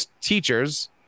teachers